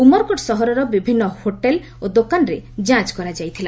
ଉମରକୋଟ ସହରର ବିଭିନ୍ନ ହୋଟେଲ୍ ଓ ଦୋକାନରେ ଯାଞ କରାଯାଇଥିଲା